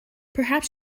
perhaps